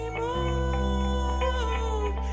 move